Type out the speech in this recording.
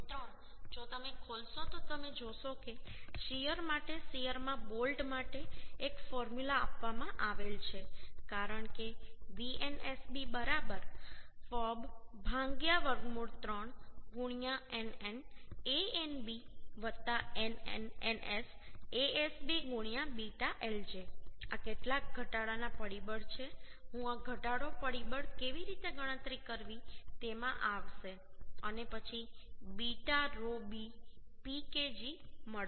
3 જો તમે ખોલશો તો તમે જોશો કે શીયર માટે શીયરમાં બોલ્ટ માટે એક ફોર્મ્યુલા આપવામાં આવેલ છે કારણ કે Vnsb બરાબર fub વર્ગમૂળ 3 nn Anb ns Asb β lj આ કેટલાક ઘટાડાના પરિબળ છે હું આ ઘટાડો પરિબળ કેવી રીતે ગણતરી કરવી તેમાં આવશે અને પછી β p β PKg મળશે